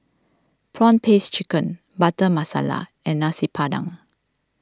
Prawn Paste Chicken Butter Masala and Nasi Padang